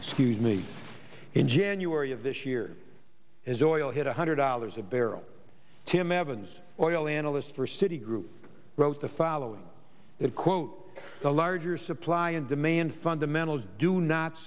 scuse me in january of this year as oil hit one hundred dollars a barrel tim evans oil analyst for citi group wrote the following that quote the larger supply and demand fundamentals do not